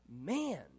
man